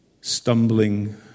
stumbling